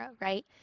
right